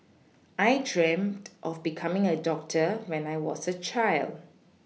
I dreamt of becoming a doctor when I was a child